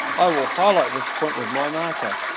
i will highlight this point with my marker.